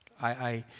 i